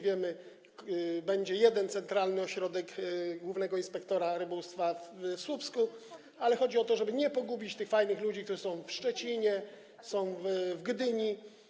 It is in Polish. Wiemy, że będzie jeden centralny ośrodek głównego inspektora rybołówstwa w Słupsku, ale chodzi o to, żeby nie pogubić tych fajnych ludzi, którzy są w Szczecinie czy Gdyni.